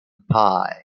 pie